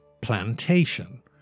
Plantation